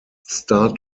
star